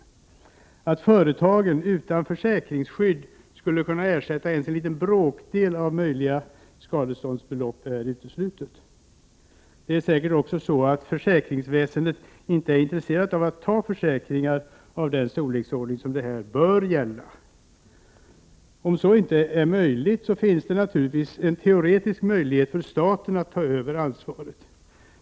Det är uteslutet att företagen utan försäkringsskydd skulle kunna ersätta ens en liten bråkdel av möjliga skadeståndsbelopp. Det är säkert också så, att försäkringsväsendet inte är intresserat av att erbjuda försäkringar av den storleksordning som det här är fråga om. Om så inte är möjligt finns det naturligtvis en teoretisk möjlighet för staten att ta över ansvaret.